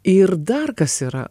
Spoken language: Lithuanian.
ir dar kas yra